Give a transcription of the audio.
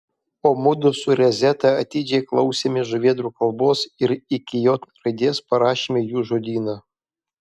o mudu su rezeta atidžiai klausėmės žuvėdrų kalbos ir iki j raidės parašėme jų žodyną